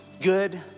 good